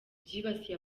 byibasiye